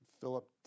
Philip